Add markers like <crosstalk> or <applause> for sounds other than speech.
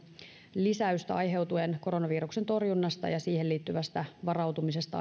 lisäystä aiheutuen koronaviruksen torjunnasta ja siihen liittyvästä varautumisesta <unintelligible>